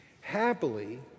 Happily